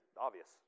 obvious